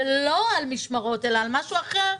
ולא על משמרות אלא על משהו אחר,